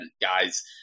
guy's